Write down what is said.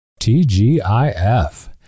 T-G-I-F